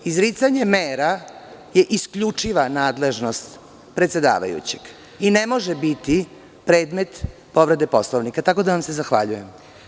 Izricanje mera je isključiva nadležnost predsedavajućeg i ne može biti predmet povrede Poslovnika, tako da vam se zahvaljujem.